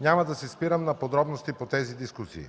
няма да се спирам на подробности по тези дискусии.